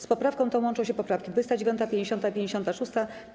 Z poprawką tą łączą się poprawki 29., 50. i 56.